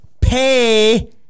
pay